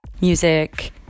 music